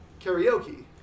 karaoke